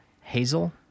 Hazel